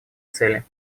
цели